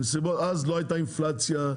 אז לא הייתה אינפלציה,